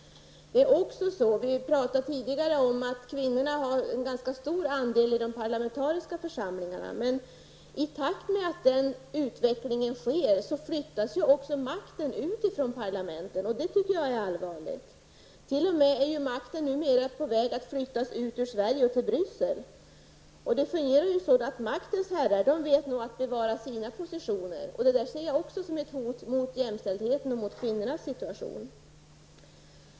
Vi talade tidigare om att kvinnorna har en ganska stor andel i de parlamentariska församlingarna. Men i takt med att den utvecklingen sker flyttas ju också makten ut från parlamenten. Det tycker jag är allvarligt. Makten är ju numera t.o.m. på väg att flyttas ut från Sverige till Bryssel. Det fungerar ju så att maktens herrar nog vet att bevara sina positioner. Det ser jag också som ett hot mot jämställdheten och kvinnornas situation.